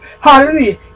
Hallelujah